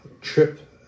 trip